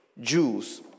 Jews